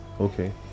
Okay